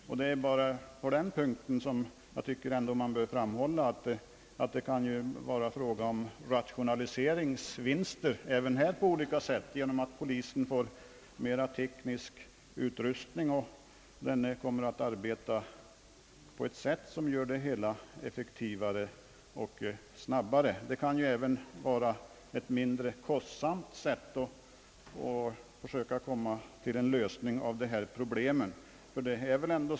Jag tycker ändå att man på den punkten bör framhålla, att det här även kan vara fråga om rationaliseringsvinster på olika sätt genom att polisen får ökad teknisk utrustning och kan arbeta effektivare och snabbare. Det kan även vara ett mindre kostsamt sätt att försöka bidra till en lösning av dessa samhällsproblem.